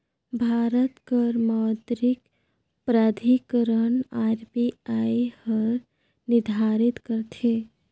भारत कर मौद्रिक प्राधिकरन आर.बी.आई हर निरधारित करथे